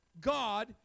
God